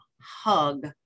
hug